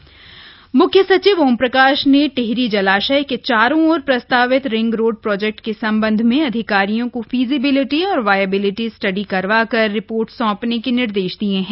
ring road Tehri म्ख्य सचिव ओम प्रकाश ने टिहरी जलाशय के चारों ओर प्रस्तावित रिंग रोड प्रोजेक्ट के सम्बन्ध में अधिकारियों को फीजिबिलिटी और वायबिलिटी स्टडी करवा कर रिपोर्ट सौंपने के निर्देश दिए हैं